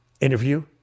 interview